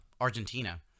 Argentina